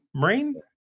brain